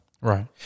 Right